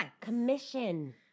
Commission